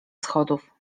schodów